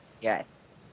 Yes